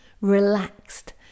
relaxed